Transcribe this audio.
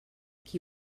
qui